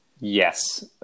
Yes